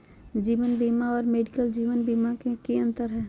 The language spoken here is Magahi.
जीवन बीमा और मेडिकल जीवन बीमा में की अंतर है?